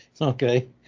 Okay